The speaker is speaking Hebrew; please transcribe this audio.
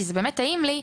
כי זה נורא טעים לי,